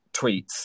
tweets